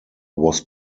was